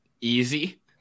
Easy